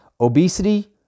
obesity